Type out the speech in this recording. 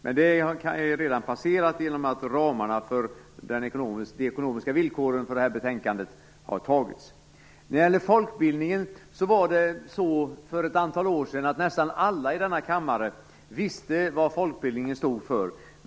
Men det är redan passerat i och med att besluten redan har fattats om ramarna för de ekonomiska villkoren för de områden som behandlas i detta betänkande. För ett antal år sedan visste nästan alla i denna kammare vad folkbildningen stod för.